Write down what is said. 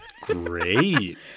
Great